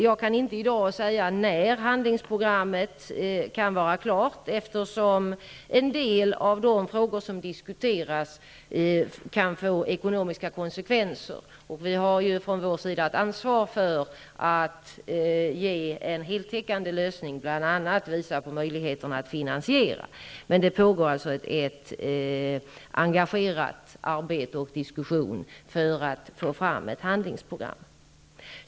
Jag kan inte i dag säga när handlingsprogrammet kan vara klart, eftersom en del av de frågor som diskuteras kan få ekonomiska konsekvenser. Vi har ju från vår sida ett ansvar för att ge en heltäckande lösning och bl.a. visa på möjligheterna att finansiera förslagen. Men ett engagerat arbete och diskussioner pågår alltså för att ett handlingsprogram skall kunna utarbetas.